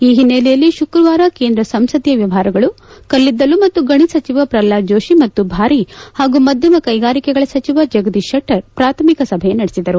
ಈ ಹಿನ್ನೆಲೆಯಲ್ಲಿ ಶುಕ್ರವಾರ ಕೇಂದ್ರ ಸಂಸದೀಯ ವ್ಯವಹಾರಗಳು ಕಲ್ಲಿದ್ದಲು ಮತ್ತು ಗಣಿ ಸಚಿವ ಪ್ರಹ್ಲಾದ್ ಜೋಶಿ ಮತ್ತು ಭಾರಿ ಮತ್ತು ಮಧ್ವಮ ಕೈಗಾರಿಕೆಗಳ ಸಚಿವ ಜಗದೀಶ ಶೆಟ್ಟರ್ ಪ್ರಾಥಮಿಕ ಸಭೆ ನಡೆಸಿದರು